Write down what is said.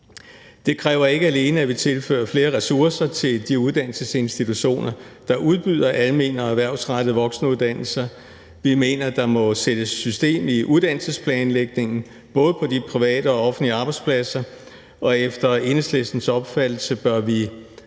Det kræver ikke alene, at vi tilfører flere ressourcer til de uddannelsesinstitutioner, der udbyder almene og erhvervsrettede voksenuddannelser. Vi mener, at der må sættes system i uddannelsesplanlægningen, både på de private og offentlige arbejdspladser, og efter Enhedslistens opfattelse bør vi